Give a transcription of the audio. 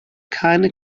keine